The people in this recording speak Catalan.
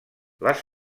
les